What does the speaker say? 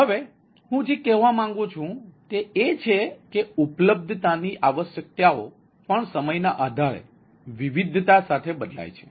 હવે હું જે કહેવા માગું છું તે એ છે કે ઉપલબ્ધતાની આવશ્યકતાઓ પણ સમયના આધારે વિવિધતા સાથે બદલાય છે